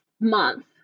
month